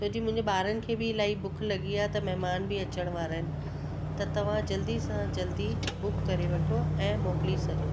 छोजी मुंहिंजे ॿारनि खे बि इलाही भुखु लॻी आहे त महिमान बि अचण वारा आहिनि त तव्हां जल्दी सां जल्दी बुक करे वठो ऐं मोकली सरो